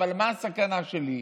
אבל מה הסכנה שלי?